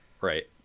Right